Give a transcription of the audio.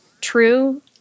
true